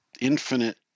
infinite